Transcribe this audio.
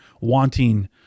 wanting